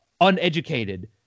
uneducated